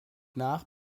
nach